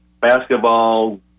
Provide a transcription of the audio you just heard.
basketball